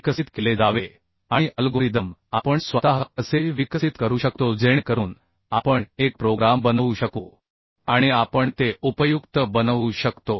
विकसित केले जावे आणि अल्गोरिदम आपण स्वतः कसे विकसित करू शकतो जेणेकरून आपण एक प्रोग्राम बनवू शकू आणि आपण ते उपयुक्त बनवू शकतो